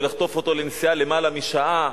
ולחטוף אותו לנסיעה למעלה משעה,